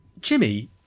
Jimmy